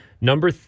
Number